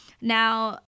Now